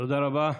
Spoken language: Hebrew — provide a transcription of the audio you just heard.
תודה רבה.